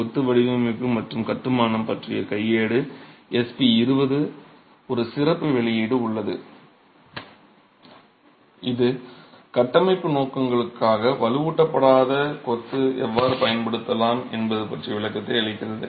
கொத்து வடிவமைப்பு மற்றும் கட்டுமானம் பற்றிய கையேடு SP 20 எனும் ஒரு சிறப்பு வெளியீடு உள்ளது இது கட்டமைப்பு நோக்கங்களுக்காக வலுவூட்டப்படாத கொத்து எவ்வாறு பயன்படுத்தப்படலாம் என்பது பற்றிய விளக்கத்தை அளிக்கிறது